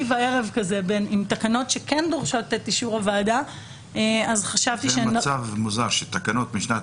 וערב עם תקנות שכן דורשות --- זה מצב מוזר שתקנות משנת